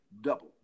double